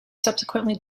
subsequently